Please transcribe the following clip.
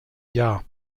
jahr